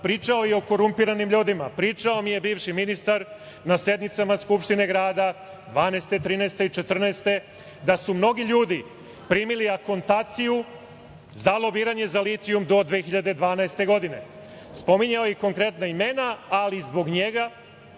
pričao i o korumpiranim ljudima. Pričao mi je bivši ministar na sednicama Skupštine grada 2012, 2013. i 2014. godine da su mnogi ljudi primili akontaciju za lobiranje za litijum do 2012. godine. Spominjao je i konkretna imena, ali zbog njega,